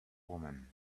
woman